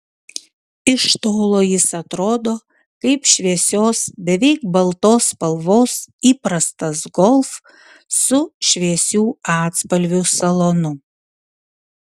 iš tolo jis atrodo kaip šviesios beveik baltos spalvos įprastas golf su šviesių atspalvių salonu